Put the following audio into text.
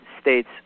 States